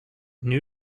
new